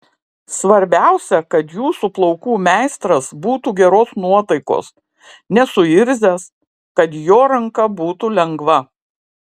svarbiausia kad jūsų plaukų meistras būtų geros nuotaikos nesuirzęs kad jo ranka būtų lengva